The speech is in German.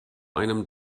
einem